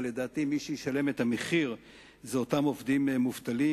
לדעתי מי שישלם את המחיר זה אותם עובדים מובטלים.